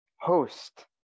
host